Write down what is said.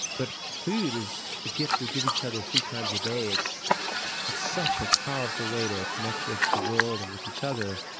but food is a gift we give each other three times a day. it's it's such a powerful way to connect with the world and with each other.